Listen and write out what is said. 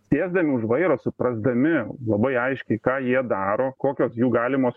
sėsdami už vairo suprasdami labai aiškiai ką jie daro kokios jų galimos